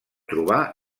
trobar